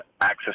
access